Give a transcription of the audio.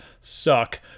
suck